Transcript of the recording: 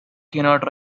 cannot